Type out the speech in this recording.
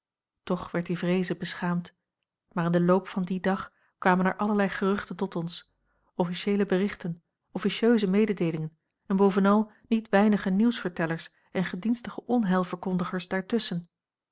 toch werd die vreeze beschaamd maar in den loop van dien dag kwamen er allerlei geruchten tot ons officieele berichten officieuse mededeelingen en bovenal niet weinige nieuwsvertellers en gedienstige onheilverkondigers